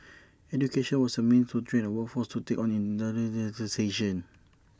education was A means to train A workforce to take on